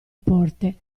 porte